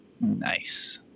nice